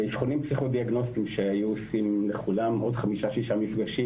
ואבחונים פסיכודיאגנוסטיים שהיו עושים לכולם - עוד חמישה-שישה מפגשים,